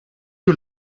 you